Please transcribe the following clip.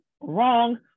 wrong